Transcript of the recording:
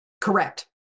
Correct